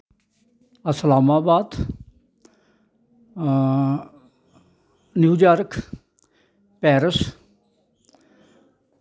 Islamabad New York Paris